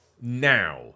now